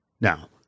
Now